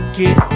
get